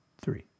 three